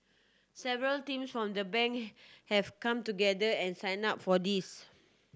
several teams from the Bank have come together and signed up for this